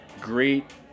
great